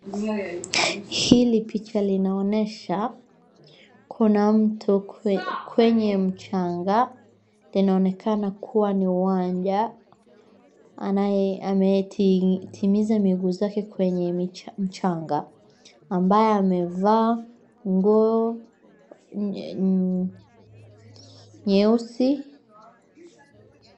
Hili picha linaonyesha kuna mtu kwe, kwenye mchanga. Linaonekana kuwa ni uwanja, anaye, ameti, timiza miguu yake kwenye mi, mchanga. Ambaye amevaa nguo nye, nye, nyeusi.